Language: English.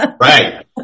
Right